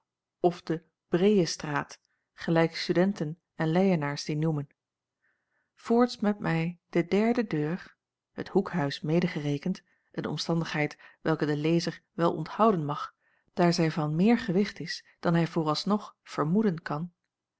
of de breêstraat gelijk studenten en leyenaars die noemen voorts met mij de derde deur het hoekhuis medegerekend een omstandigheid welke de lezer wel onthouden mag daar zij van meer gewicht is dan hij vooralsnog vermoeden kan